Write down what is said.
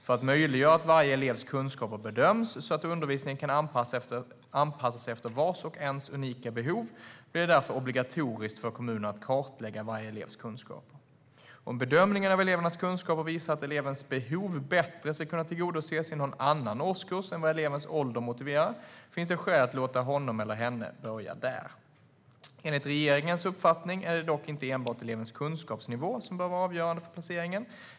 För att möjliggöra att varje elevs kunskaper bedöms, så att undervisningen kan anpassas efter vars och ens unika behov, blir det därför obligatoriskt för kommunerna att kartlägga varje elevs kunskaper. Om bedömningen av elevens kunskaper visar att elevens behov bättre skulle kunna tillgodoses i någon annan årskurs än vad elevens ålder motiverar finns det skäl att låta honom eller henne börja där. Enligt regeringens uppfattning är det dock inte enbart elevens kunskapsnivå som bör vara avgörande för placeringen.